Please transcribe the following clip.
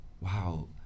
wow